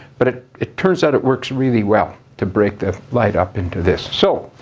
but it it turns out it works really well to break the light up into this. so,